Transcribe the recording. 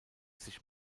sich